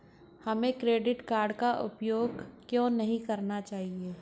हमें credit card का उपयोग क्यों नहीं करना चाहिए?